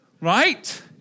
Right